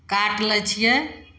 काटि लै छियै